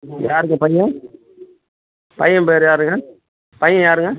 யாருங்க பையன் பையன் பேர் யாருங்க பையன் யாருங்க